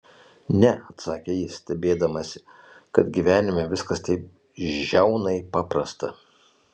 ne atsakė ji stebėdamasi kad gyvenime viskas taip žiaunai paprasta